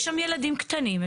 יש שם ילדים קטנים,